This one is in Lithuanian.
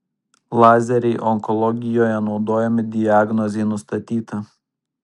lazeriai onkologijoje naudojami diagnozei nustatyti